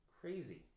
crazy